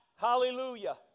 Hallelujah